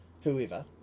whoever